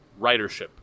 ridership